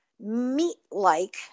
meat-like